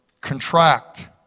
contract